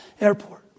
airport